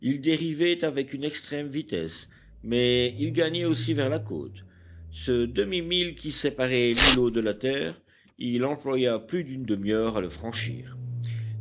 il dérivait avec une extrême vitesse mais il gagnait aussi vers la côte ce demi-mille qui séparait l'îlot de la terre il employa plus d'une demi-heure à le franchir